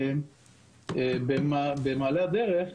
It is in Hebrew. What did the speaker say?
במעלה הדרך,